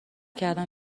کردم